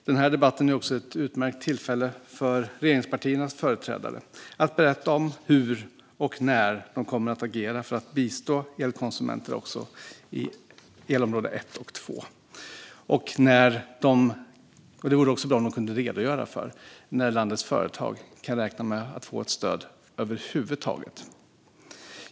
Den här debatten är också ett utmärkt tillfälle för regeringspartiernas företrädare att berätta hur och när de kommer att agera för att bistå elkonsumenter också i elområdena 1 och 2. Det vore också bra om de kunde redogöra för när landets företag kan räkna med att få ett stöd över huvud taget.